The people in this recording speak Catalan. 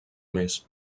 més